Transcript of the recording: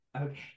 okay